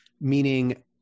meaning